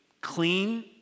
clean